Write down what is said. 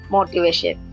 Motivation